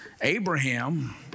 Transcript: Abraham